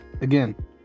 again